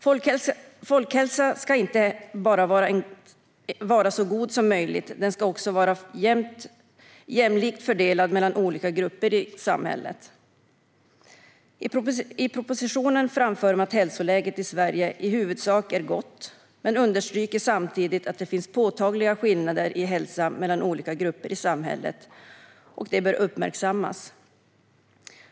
Folkhälsan ska inte bara vara så god som möjligt, utan den ska också vara jämlikt fördelad mellan olika grupper i samhället. I propositionen framför man att hälsoläget i Sverige i huvudsak är gott men understryker samtidigt att det finns påtagliga skillnader i hälsa mellan olika grupper i samhället och att detta bör uppmärksammas.